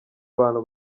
bantu